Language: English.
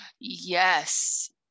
Yes